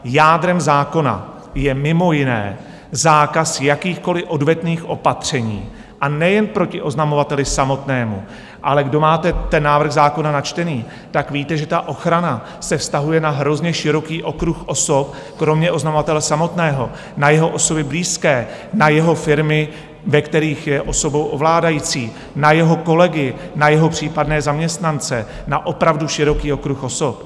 Jádrem zákona je mimo jiné zákaz jakýchkoliv odvetných opatření, a nejen proti oznamovateli samotnému, ale kdo máte ten návrh zákona načtený, tak víte, že ta ochrana se vztahuje na hrozně široký okruh osob, kromě oznamovatele samotného na jeho osoby blízké, na jeho firmy, ve kterých je osobou ovládající, na jeho kolegy, na jeho případné zaměstnance, na opravdu široký okruh osob.